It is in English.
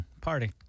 Party